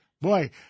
boy